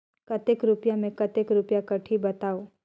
कतेक रुपिया मे कतेक रुपिया कटही बताव?